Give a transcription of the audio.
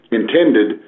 intended